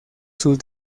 sus